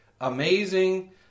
amazing